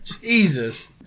Jesus